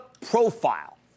profile